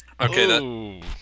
Okay